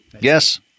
yes